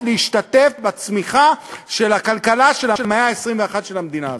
להשתתף בצמיחה של הכלכלה של המאה ה-21 של המדינה הזאת.